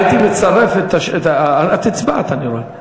הייתי מצרף את, את הצבעת, אני רואה.